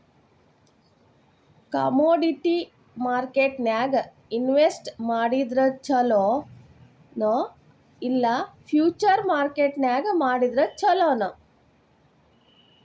Commodity ಮಾರ್ಕೆಟ್ನ್ಯಾಗ್ invest ಮಾಡಿದ್ರ ಛೊಲೊ ನೊ ಇಲ್ಲಾ ಫ್ಯುಚರ್ ಮಾರ್ಕೆಟ್ ನ್ಯಾಗ್ ಮಾಡಿದ್ರ ಛಲೊನೊ?